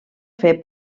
fer